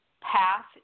path